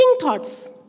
thoughts